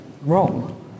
wrong